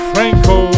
Franco